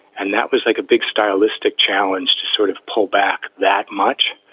and that was like a big stylistic challenge to sort of pull back that much.